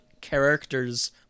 character's